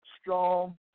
strong